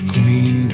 Queen